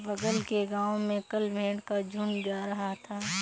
बगल के गांव में कल भेड़ का झुंड जा रहा था